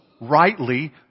rightly